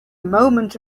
moment